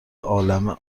عالمه